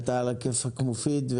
אתה על הכיפאק מופיד,